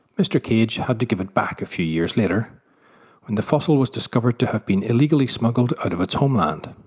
mr cage had to give it back a few years later when the fossil was discovered to have been illegally smuggled out of its homeland.